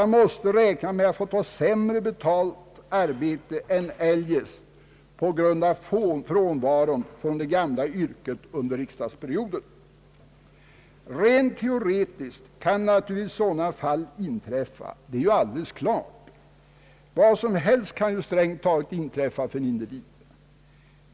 Han måste räkna med att få ta sämre betalt arbete än andra på grund av frånvaron från det gamla yrket under riksdagsperioden. Rent teoretiskt kan naturligtvis sådana fall inträffa. Det är ju alldeles klart. Strängt taget kan vad som helst inträffa för individen.